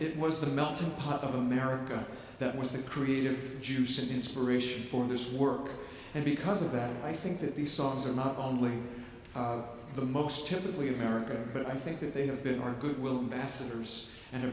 it was the melting pot of america that was the creative juice and inspiration for this work and because of that i think that these songs are not only the most typically america but i think that they have been our goodwill ambassadors and